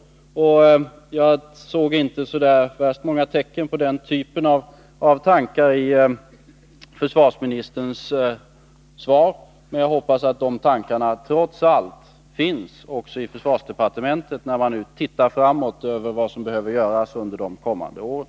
Jag såg inte så värst många tecken på den typen av tankar i försvarsministerns svar — men jag hoppas att de tankarna trots allt finns också i försvarsdepartementet, när man nu ser framåt på vad som behöver göras under de kommande åren.